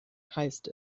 heißt